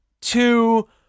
two